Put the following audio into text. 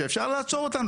שאפשר לעצור אותנו.